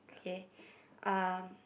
okay um